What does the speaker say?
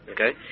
Okay